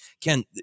Ken